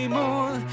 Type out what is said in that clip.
more